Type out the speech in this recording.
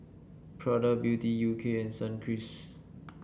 Prada Beauty U K and Sunkist